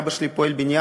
אבא שלי פועל בניין,